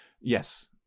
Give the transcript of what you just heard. yes